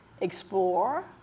explore